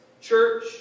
Church